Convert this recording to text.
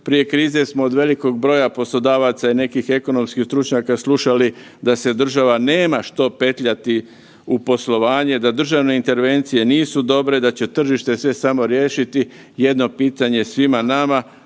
prije krize smo od velikog broja poslodavaca i nekih ekonomskih stručnjaka slušali da se država nema što petljati u poslovanje, da državne intervencije nisu dobre, da će tržište sve samo riješiti. Jedno pitanje svima nama,